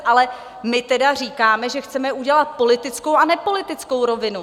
My tedy říkáme, že chceme udělat politickou a nepolitickou rovinu.